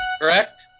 Correct